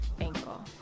ankle